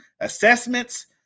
assessments